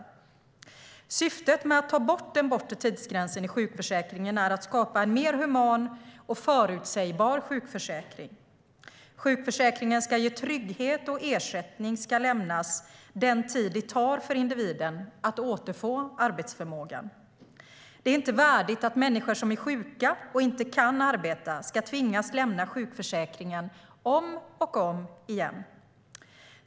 Syftet med att ta bort den bortre tidsgränsen i sjukförsäkringen är att skapa en mer human och förutsägbar sjukförsäkring. Sjukförsäkringen ska ge trygghet, och ersättning ska lämnas den tid det tar för individen att återfå arbetsförmågan. Det är inte värdigt att människor som är sjuka och inte kan arbeta ska tvingas lämna sjukförsäkringen om och om igen.